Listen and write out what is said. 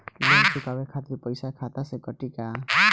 Loan चुकावे खातिर पईसा खाता से कटी का?